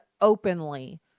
openly